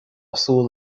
súil